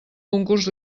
concurs